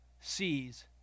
sees